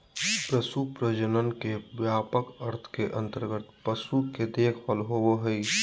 पशु प्रजनन के व्यापक अर्थ के अंतर्गत पशु के देखभाल होबो हइ